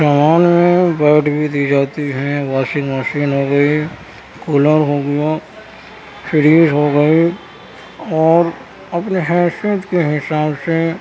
سامان میں بیڈ بھی دی جاتی ہے واشنگ مشین ہو گئی کولر ہو گیا فریج ہو گئی اور اپنے حیثیت کے حساب سے